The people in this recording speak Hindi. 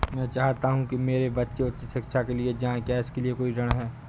मैं चाहता हूँ कि मेरे बच्चे उच्च शिक्षा के लिए जाएं क्या इसके लिए कोई ऋण है?